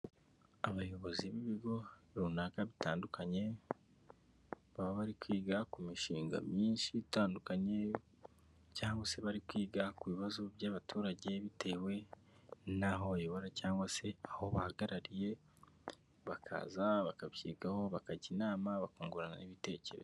Abayobozi b'ibigo runaka bitandukanye, baba bari kwiga ku mishinga myinshi itandukanye cyangwa se bari kwiga ku bibazo by'abaturage, bitewe n'aho bayobora cyangwa se aho bahagarariye, bakaza bakabyigaho bakajya inama, bakungurana ibitekerezo.